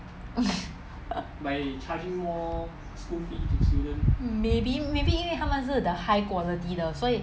maybe maybe 因为他们是 the high quality 的所以